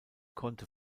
konnte